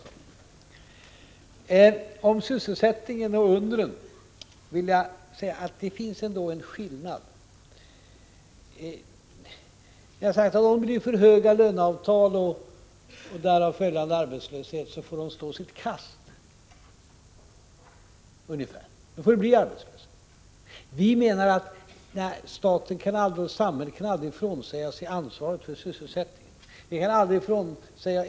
I vår syn på sysselsättningen och undren vill jag säga att det finns en skillnad. Ni har sagt ungefär som så, att om avtalen ger för höga löner och därav följer arbetslöshet får arbetstagarna stå sitt kast. Då får det bli arbetslöshet. Vi menar att staten och samhället aldrig kan frånsäga sig ansvaret för sysselsättningen.